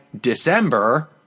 December